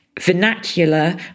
vernacular